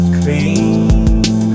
clean